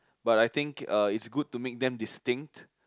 but I think uh it's good to make them distinct